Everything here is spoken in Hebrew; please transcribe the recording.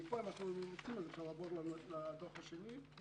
אם רוצים אפשר לעבור לדוח השני.